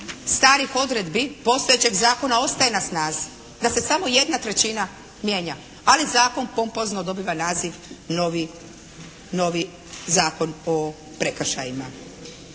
starih odredbi postojećeg zakona ostaje na snazi, da se samo jedna trećina mijenja, ali zakon pompozno dobiva naziv novi Zakon o prekršajima.